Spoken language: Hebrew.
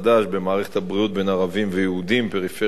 במערכת הבריאות בין ערבים ליהודים ובין פריפריה למרכז.